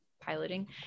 piloting